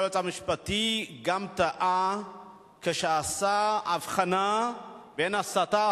היועץ המשפטי גם טעה כשעשה הבחנה בין הסתה,